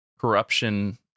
corruption